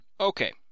Okay